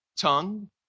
tongue